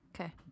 Okay